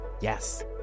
Yes